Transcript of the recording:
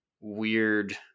weird